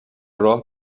راه